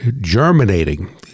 germinating